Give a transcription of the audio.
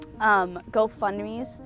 GoFundMes